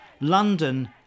London